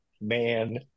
man